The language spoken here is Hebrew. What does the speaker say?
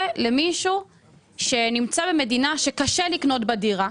למישהו שנמצא במדינה שקשה לקנות בה דירה.